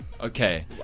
Okay